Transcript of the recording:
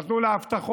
נתנו לה הבטחות.